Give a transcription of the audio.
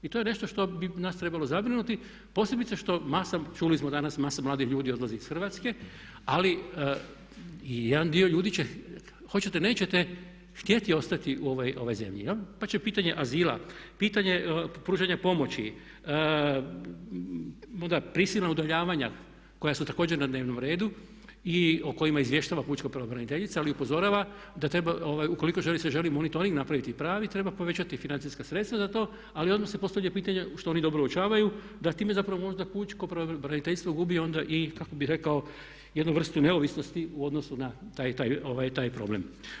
I to je nešto što bi nas trebalo zabrinuti posebice što masa, čuli smo danas masa mladih ljudi odlazi ih Hrvatske ali i jedan dio ljudi će hoćete nećete htjeti ostati u ovoj zemlji pa će pitanje azila, pitanje pružanja pomoći, onda prisilnog udomljavanja koja su također na dnevnom redu i o kojima izvještava pučka pravobraniteljica ali i upozorava da ukoliko se želi monitoring napraviti pravi treba povećati financijska sredstva za to ali odmah se postavlja pitanje što oni dobro uočavaju da time zapravo možda pučko pravobraniteljstvo gubi onda i kako bih rekao jednu vrstu neovisnosti u odnosu na taj i taj problem.